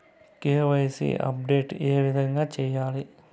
KYC update ఏ విధంగా సేయాలి?